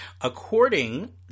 according